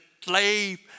slave